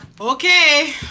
Okay